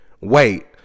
wait